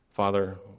Father